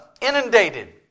inundated